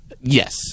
Yes